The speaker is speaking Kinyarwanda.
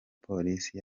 polisi